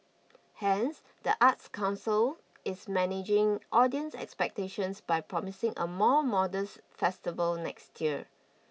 hence the arts council is managing audience expectations by promising a more modest festival next year